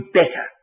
better